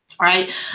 Right